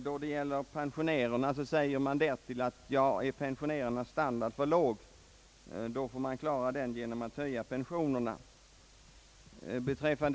Beträffande pensionärerna säger man dessutom, att om deras standard är för låg får man klara den saken genom att höja pensionsbeloppen.